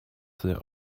their